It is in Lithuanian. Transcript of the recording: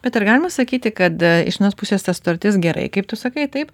bet ar galima sakyti kad iš vienos pusės ta sutartis gerai kaip tu sakai taip